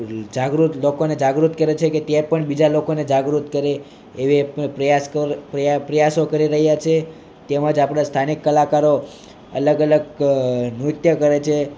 જાગૃત લોકોને જાગૃત કરે છે કે તે પણ બીજા લોકોને જાગૃત કરે પ્રયાસો કર પ્રયાસો કરી રહ્યા છે તેમજ આપણા સ્થાનિક કલાકારો અલગ અલગ નૃત્ય કરે છે